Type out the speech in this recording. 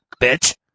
bitch